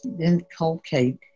inculcate